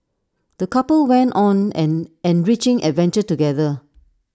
the couple went on an enriching adventure together